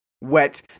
wet